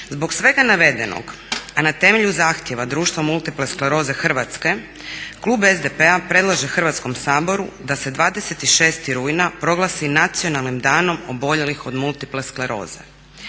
Zbog svega navedenog, a na temelju zahtjeva Društva multiple skleroze Hrvatske, klub SDP-a predlaže Hrvatskom saboru da se 26.rujna proglasi nacionalnim danom oboljelih od multiple skleroze.